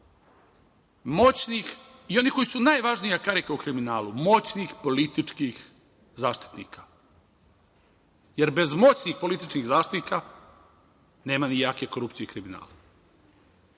moćnih i onih koji su najvažnija karika u kriminalu, moćnih političkih zaštitnika, jer bez moćnih političkih zaštitnika nema ni jake korupcije i kriminala,